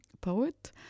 poet